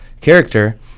character